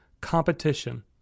competition